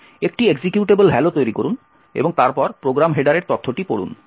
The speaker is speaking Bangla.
একটি এক্সিকিউটেবল hello তৈরি করুন এবং তারপর প্রোগ্রাম হেডারের তথ্যটি পড়ুন